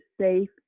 safe